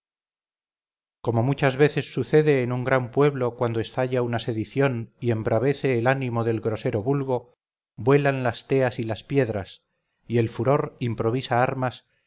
como muchas veces sucede en un gran pueblo cuando estalla una sedición y embravece el ánimo del grosero vulgo vuelan las teas y las piedras y el furor improvisa armas